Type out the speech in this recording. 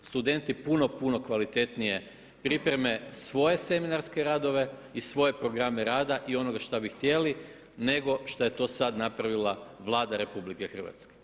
Studenti puno, puno kvalitetnije pripreme svoje seminarske radove i svoje programe rada i onoga što bi htjeli nego što je to sad napravila Vlada Republike Hrvatske.